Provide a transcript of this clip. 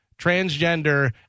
transgender